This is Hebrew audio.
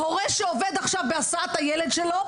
ההורה שעובד עכשיו בהסעת הילד שלו,